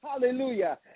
hallelujah